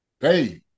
Hey